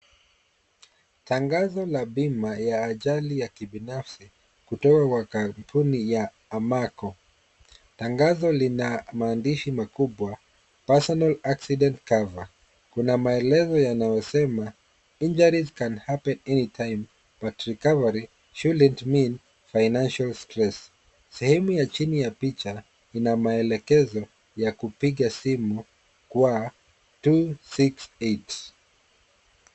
Tangazo la bima ya ajali ya kibinafsi kutoka kwa kampuni ya Ammaco. Tangazo lina maandishi makubwa, personal accident cover . Kuna maelezo yanayosema, injuries can happen anytime, but recovery shouldn't mean financial stress . Sehemu ya chini ya picha ina maelekezo ya kupiga simu kwa 268.